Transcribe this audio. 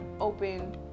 open